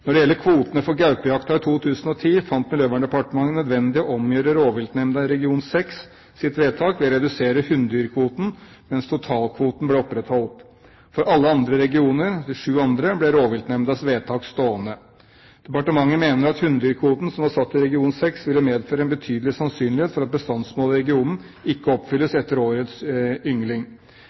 Når det gjelder kvotene for gaupejakta i 2010, fant Miljøverndepartementet det nødvendig å omgjøre vedtaket til rovviltnemnda i region 6, ved å redusere hunndyrkvoten, mens totalkvoten ble opprettholdt. For alle andre regioner, de sju andre, ble rovviltnemndas vedtak stående. Departementet mener at hunndyrkvoten som var satt i region 6, ville medføre en betydelig sannsynlighet for at bestandsmålet i regionen ikke oppfylles etter årets yngling.